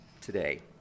today